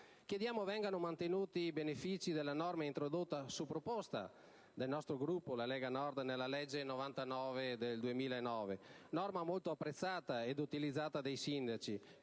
Chiediamo vengano mantenuti i benefici della norma introdotta su proposta del nostro Gruppo, la Lega Nord, nella legge n. 99 del 2009, norma molto apprezzata ed utilizzata dai sindaci,